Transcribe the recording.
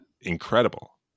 incredible